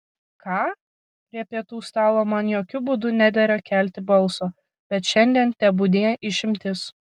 ką prie pietų stalo man jokiu būdu nedera kelti balso bet šiandien tebūnie išimtis